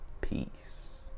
Peace